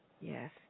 Yes